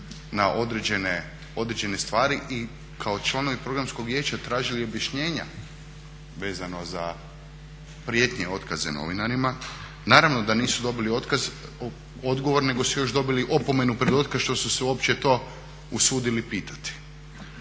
na određene stvari i kao članovi Programskog vijeća tražili objašnjenja vezano za prijetnje otkazom novinarima. Naravno da nisu dobili odgovor nego su još dobili opomenu pred otkaz što su se uopće to usudili pitati.